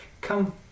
come